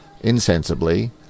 insensibly